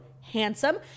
handsome